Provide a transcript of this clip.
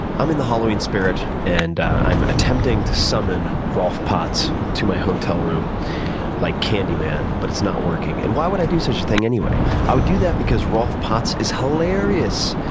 i'm in the halloween spirit, and i'm attempting to summon rolf potts to my hotel room like candyman, but it's not working. and why would i do such a thing anyway? i would do that because rolf potts is hilarious,